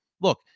Look